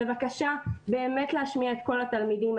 בבקשה, באמת להשמיע את קול התלמידים.